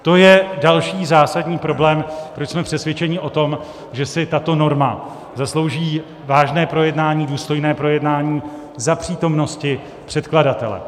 To je další zásadní problém, proč jsme přesvědčeni o tom, že si tato norma zaslouží vážné projednání, důstojné projednání za přítomnosti předkladatele.